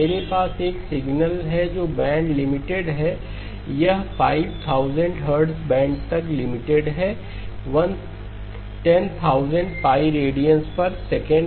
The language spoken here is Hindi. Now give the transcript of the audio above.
मेरे पास एक सिग्नल है जो बैंड लिमिटेड हैयह Hz बैंड तक लिमिटेड है10000 π रेडियंस पर सेकंड